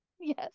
Yes